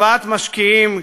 הבאת משקיעים,